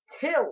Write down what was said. till